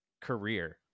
career